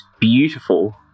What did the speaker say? beautiful